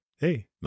Hey